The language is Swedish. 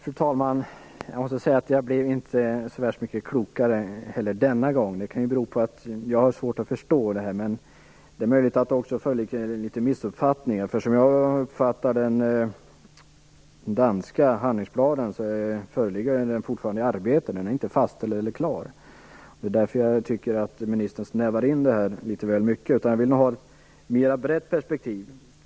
Fru talman! Jag måste säga att jag inte blev så värst mycket klokare den här gången heller. Det kan bero på att jag har svårt att förstå det här, men det är möjligt att det också föreligger en liten missuppfattning. Som jag har uppfattat det är den danska handlingsplanen under arbete - den är inte fastställd eller klar. Därför tycker jag att ministern snävar in det här litet väl mycket. Jag vill nog ha ett mera brett perspektiv.